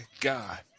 God